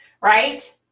right